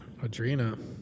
adrena